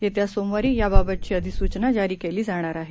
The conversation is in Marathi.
येत्या सोमवारी याबाबतची अधिसूचना जारी केली जाणार आहे